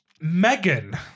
Megan